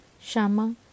Shama